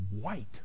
white